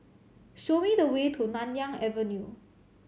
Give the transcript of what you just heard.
show me the way to Nanyang Avenue